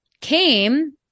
came